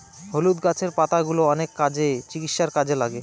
হলুদ গাছের পাতাগুলো অনেক কাজে, চিকিৎসার কাজে লাগে